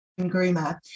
groomer